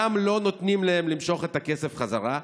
גם לא נותנים להם למשוך את הכסף בחזרה,